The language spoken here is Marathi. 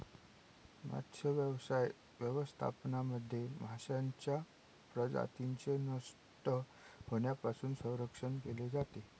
मत्स्यव्यवसाय व्यवस्थापनामध्ये माशांच्या प्रजातींचे नष्ट होण्यापासून संरक्षण केले जाते